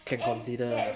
can consider lah